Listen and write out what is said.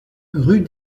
rue